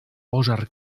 pożar